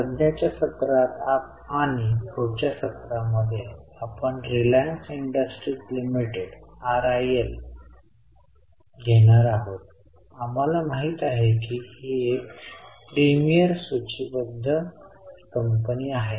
सध्याच्या सत्रात आणि पुढच्या सत्रामध्ये आपण रिलायन्स इंडस्ट्रीज लिमिटेड घेणार आहोत आम्हाला माहित आहे की ही एक प्रीमियर सूचीबद्ध कंपनी आहे